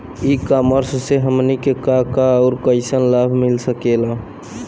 ई कॉमर्स से हमनी के का का अउर कइसन लाभ मिल सकेला?